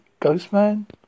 Ghostman